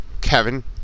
Kevin